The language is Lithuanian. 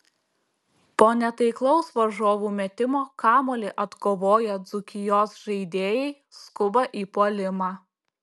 po netaiklaus varžovų metimo kamuolį atkovoję dzūkijos žaidėjai skuba į puolimą